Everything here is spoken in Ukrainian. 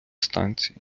станції